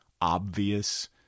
obvious